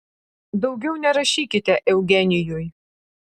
daugiau nerašykite eugenijui